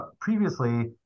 previously